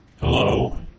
Hello